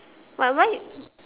but why